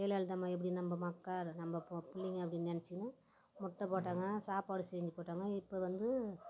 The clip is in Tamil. ஜெயலலிதா அம்மா எப்படி நம்ம மக்கள் நம்ம பொ பிள்ளைங்க அப்படின்னு நினச்சிகின்னு முட்டை போட்டாங்க சாப்பாடு செஞ்சு போட்டாங்க இப்போ வந்து